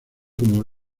como